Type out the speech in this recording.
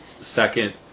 second